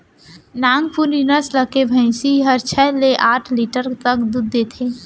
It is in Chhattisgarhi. नागपुरी नसल के भईंसी हर छै ले आठ लीटर तक दूद देथे